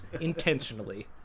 intentionally